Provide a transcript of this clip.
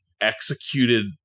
executed